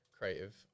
creative